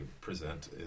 present